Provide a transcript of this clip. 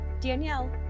Danielle